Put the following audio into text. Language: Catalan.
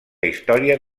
història